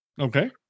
Okay